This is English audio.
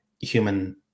human